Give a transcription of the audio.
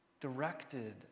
directed